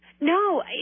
No